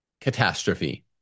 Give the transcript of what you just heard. catastrophe